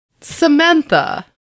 Samantha